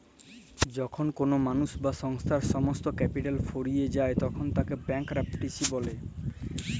যখল কল মালুস বা সংস্থার সমস্ত ক্যাপিটাল ফুরাঁয় যায় তখল তাকে ব্যাংকরূপটিসি ব্যলে